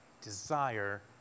desire